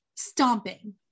stomping